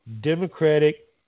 Democratic